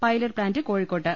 pilot plant കോഴിക്കോട്ട്